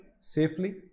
safely